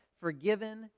forgiven